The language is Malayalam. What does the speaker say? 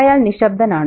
അയാൾ നിശ്ശബ്ദനാണ്